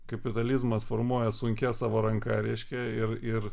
kapitalizmas formuoja sunkia savo ranka reiškia ir ir